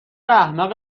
احمق